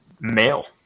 male